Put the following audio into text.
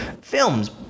films